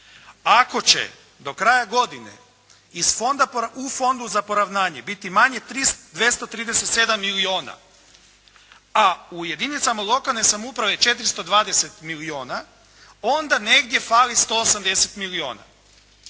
Ako će do kraja godine u Fondu za poravnanje biti manje 237 milijuna, a u jedinicama lokalne samouprave 420 milijuna, onda negdje fali 180 milijuna